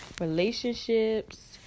Relationships